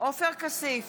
עופר כסיף,